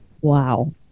wow